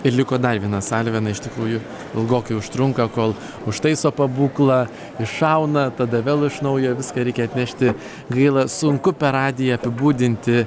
ir liko dar viena salvė na iš tikrųjų ilgokai užtrunka kol užtaiso pabūklą iššauna tada vėl iš naujo viską reikia atnešti gaila sunku per radiją apibūdinti